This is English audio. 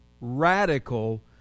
radical